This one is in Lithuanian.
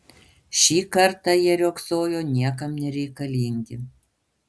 šį kartą jie riogsojo niekam nereikalingi